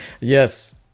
Yes